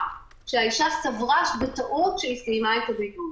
שהאישה סברה בטעות שהיא סיימה את הבידוד.